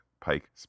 pike